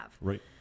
Right